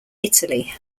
italy